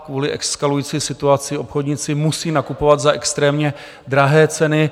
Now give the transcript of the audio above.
Kvůli eskalující situaci obchodníci musí nakupovat za extrémně drahé ceny.